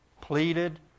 pleaded